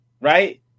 right